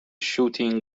shooting